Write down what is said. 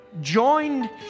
Joined